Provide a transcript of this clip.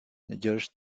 george